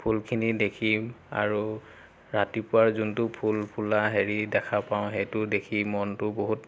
ফুলখিনি দেখি আৰু ৰাতিপুৱাৰ যোনটো ফুল ফুলা হেৰি দেখা পাওঁ সেইটো দেখি মনটো বহুত